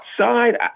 outside